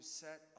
set